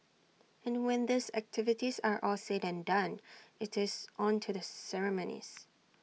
and when these activities are all said and done IT is on to the ceremonies